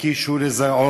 מקיש הוא לזרעו: